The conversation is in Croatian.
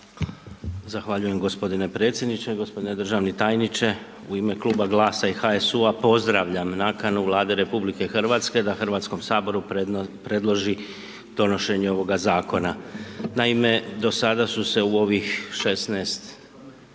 Zahvaljujem gospodine predsjedniče, gospodine državni tajniče u ime Kluba GLAS-a i HSU-a pozdravljam nakanu Vlade RH da Hrvatskom saboru predloži donošenje ovoga zakona. Naime, do sada su se u ovih 16